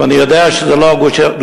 ואני יודע שזו לא גישתו.